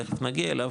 תיכף נגיע אליו,